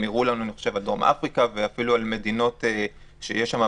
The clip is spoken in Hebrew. נדמה לי בדרום אפריקה ואפילו מדינות שיש בהן